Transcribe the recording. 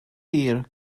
hir